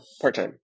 part-time